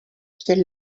kiel